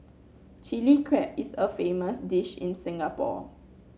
Chilli Crab is a famous dish in Singapore